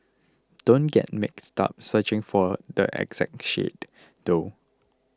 don't get mixed up searching for the exact shade though